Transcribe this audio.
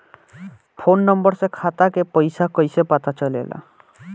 Phone number से खाता के पइसा कईसे पता चलेला?